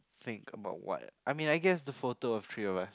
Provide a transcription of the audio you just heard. think about what I mean I guess the photo of three of us